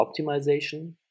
optimization